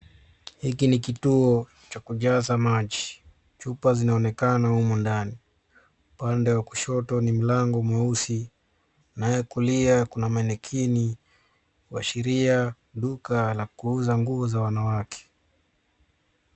Hiki ni kituo cha kujaza maji. Chupa zinaonekana humo ndani. Upande wa kushoto ni mlango mweusi na wa kulia kuna malikini kuashiria duka la kuuza nguo za wanawake.